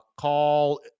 call